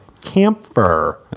Camphor